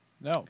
No